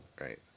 Right